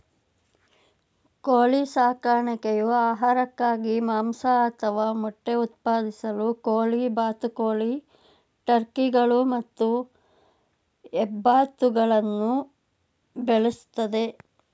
ಕೋಳಿ ಸಾಕಣೆಯು ಆಹಾರಕ್ಕಾಗಿ ಮಾಂಸ ಅಥವಾ ಮೊಟ್ಟೆ ಉತ್ಪಾದಿಸಲು ಕೋಳಿ ಬಾತುಕೋಳಿ ಟರ್ಕಿಗಳು ಮತ್ತು ಹೆಬ್ಬಾತುಗಳನ್ನು ಬೆಳೆಸ್ತದೆ